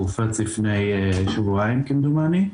הוא הופץ לפני שבועיים כמדומני.